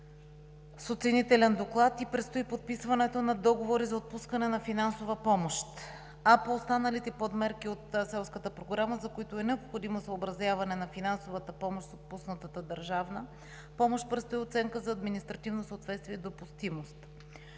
с оценителен доклад предстои подписването на договори за отпускане на финансова помощ, а по останалите подмерки от Селската програма, за които е необходимо съобразяване на финансовата помощ с отпуснатата държавна помощ, предстои оценка за административно съответствие и допустимост.